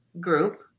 group